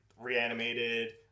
reanimated